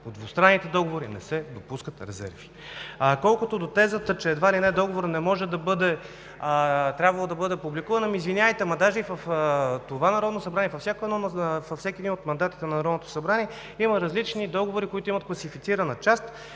двустранните договори не се допускат резерви. Колкото до тезата, че едва ли не договорът трябвало да бъде публикуван, извинявайте, но даже и в това Народно събрание, във всеки един от мандатите на Народното събрание има различни договори, които имат класифицирана част,